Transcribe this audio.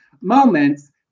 moments